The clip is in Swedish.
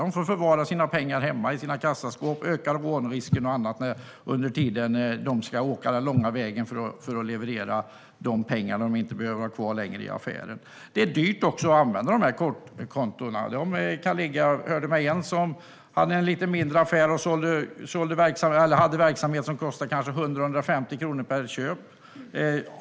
De får förvara pengarna hemma i kassaskåpet, med ökad rånrisk och annat som blir följden av att de ska åka lång väg för att leverera de pengar som de inte behöver ha kvar i affären. Det är också dyrt att använda dessa kortkonton. Jag hörde av en person som har en lite mindre affär där köpen ligger på kanske 100-150 kronor.